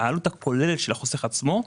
העלות הכוללת של החוסך עצמו,